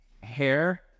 hair